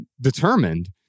determined